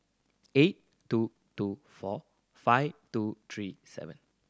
eight two two four five two three seven